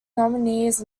nominees